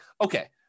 Okay